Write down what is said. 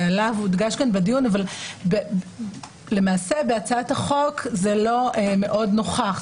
אבל למעשה בהצעת החוק זה לא מאוד נוכח.